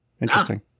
Interesting